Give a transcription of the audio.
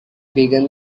began